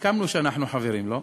סיכמנו שאנחנו חברים, לא?